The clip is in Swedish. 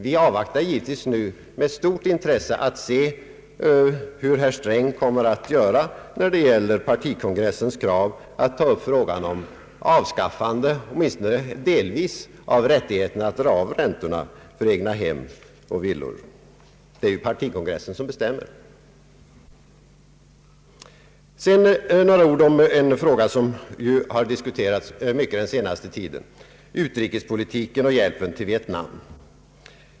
Vi avvaktar givetvis med stort intresse vad herr Sträng kommer att göra när det gäller partikongressens krav om avskaffande, åtminstone delvis, av rättigheten att dra av räntorna för egnahem och villor. Det är ju partikongressen som bestämmer! Så några ord om en fråga som diskuterats mycket den senaste tiden — utrikespolitiken och hjälpen till Vietnam.